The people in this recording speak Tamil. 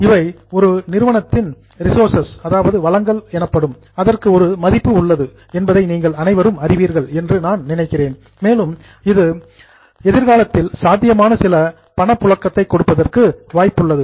இவை ஒரு நிறுவனத்தின் ரிசோர்ஸ் வளங்களாகும் அதற்கு ஒரு மதிப்பு உள்ளது என்பதை நீங்கள் அனைவரும் அறிவீர்கள் என்று நான் நினைக்கிறேன் மேலும் இது புரோபேபில் ஃப்யூச்சர் கேஷ் ஃப்லோ எதிர்காலத்தில் சாத்தியமான சில பணப்புழக்கத்தை கொடுப்பதற்கு வாய்ப்புள்ளது